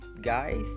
guys